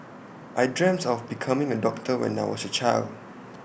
I dreamt of becoming A doctor when I was A child